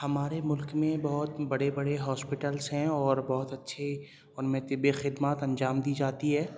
ہمارے ملک میں بہت بڑے بڑے ہاسپٹلس ہیں اور بہت اچھے ان میں طبی خدمات انجام دی جاتی ہے